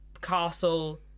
castle